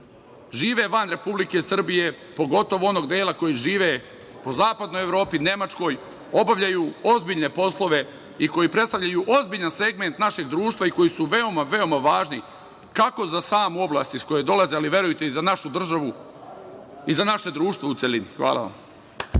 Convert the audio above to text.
žive van Republike Srbije, pogotovo onog dela koji žive po Zapadnoj Evropi, Nemačkoj, obavljaju ozbiljne poslove i koji predstavljaju ozbiljan segment našeg društva, i koji su veoma, veoma važni, kako za samu oblast iz koje dolaze, ali, verujte, i za našu državu i za naše društvo u celini. Hvala vam.